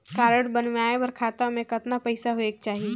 Card बनवाय बर खाता मे कतना पईसा होएक चाही?